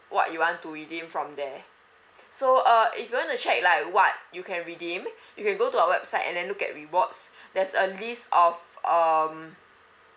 what you want to redeem from there so uh if you want to check like what you can redeem you can go to our website and then look at rewards there's a list of um